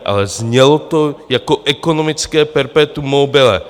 Ale znělo to jako ekonomické perpetuum mobile.